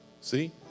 See